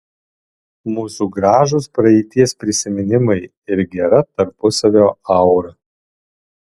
mūsų gražūs praeities prisiminimai ir gera tarpusavio aura